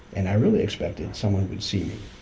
and i really expected someone would see me,